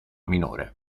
minore